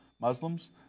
Muslims